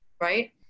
right